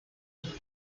ich